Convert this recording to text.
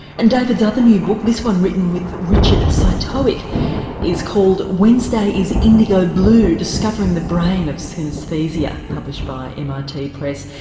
and david's other new book, this one written with richard cytowic is called wednesday is indigo blue discovering the brain of synesthesia just published by mit press.